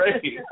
great